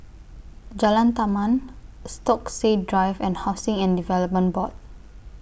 Jalan Taman Stokesay Drive and Housing and Development Board